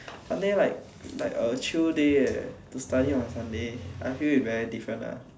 Sunday like like a chill day eh to study on a Sunday I feel it very different ah